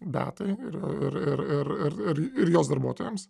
beatai ir ir ir ir ir jos darbuotojams